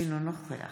אינו נוכח